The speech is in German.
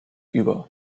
über